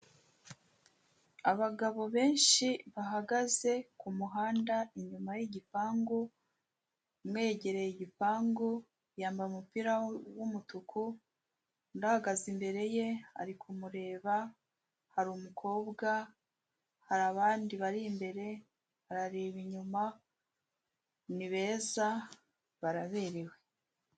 Abagabo benshi bahagaze ku muhanda inyuma y'igipangu, umwe yegereye igipangu, yambaye umupira w'umutuku, undi ahagaze imbere ye, ari kumureba, hari umukobwa, hari abandi bari imbere, barareba inyuma, ni beza, baraberewe.